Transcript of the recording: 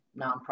nonprofit